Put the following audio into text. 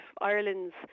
Ireland's